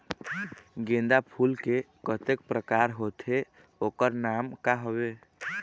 गेंदा फूल के कतेक प्रकार होथे ओकर नाम का हवे?